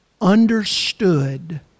understood